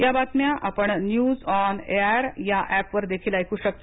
या बातम्या आपण न्यूज ऑन एआयआर या ऍपवर देखील ऐकू शकता